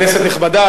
כנסת נכבדה,